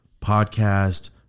Podcast